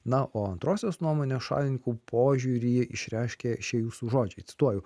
na o antrosios nuomonės šalininkų požiūrį jį išreiškia šie jūsų žodžiai cituoju